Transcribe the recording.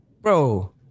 bro